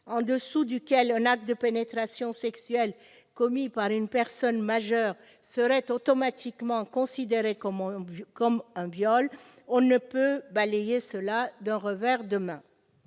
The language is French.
en dessous duquel un acte de pénétration sexuelle commis par une personne majeure serait automatiquement considéré comme un viol, on ne peut balayer cela d'un revers de main.